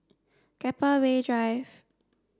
Keppel Bay Drive